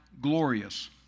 glorious